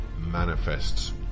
manifests